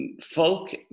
folk